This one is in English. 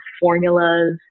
formulas